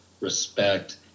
respect